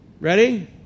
ready